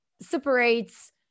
separates